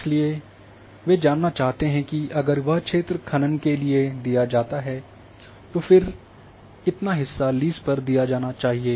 इसलिए वे जानना चाहते हैं कि अगर यह क्षेत्र खनन के लिए दिया जाता है तो फिर कितना हिस्सा लीज़ पर दिया जाना चाहिए